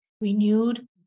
renewed